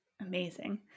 Amazing